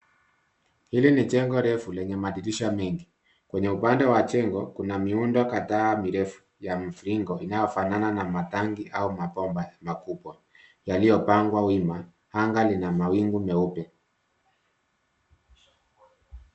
Hili ni jengo refu lenye madirisha mengi. Kwenye upande wa jengo kuna miundo kadhaa mirefu ya mviringo inayofanana na matangi au mabomba makubwa yaliyopangwa wima. Anga lina mawingu meupe.